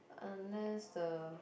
unless the